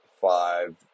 five